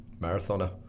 Marathoner